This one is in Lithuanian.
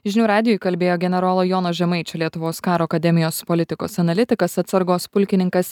žinių radijui kalbėjo generolo jono žemaičio lietuvos karo akademijos politikos analitikas atsargos pulkininkas